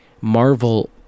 Marvel